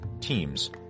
teams